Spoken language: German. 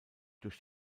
durch